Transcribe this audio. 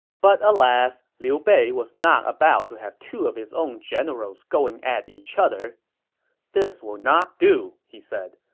but alas, liu bei was not about to have two of his own generals going at each other this will not do, he said.